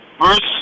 first